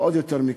ועוד יותר מכך,